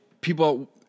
people